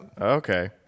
Okay